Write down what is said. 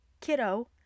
kiddo